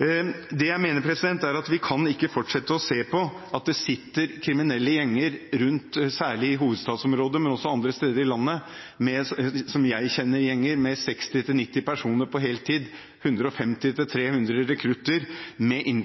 Jeg mener at vi ikke kan fortsette å se på at det sitter kriminelle gjenger rundt omkring, særlig i hovedstadsområdet, men også andre steder i landet, slik som jeg kjenner dem, med 60–90 personer på heltid og 150–300 rekrutter, med